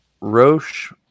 Roche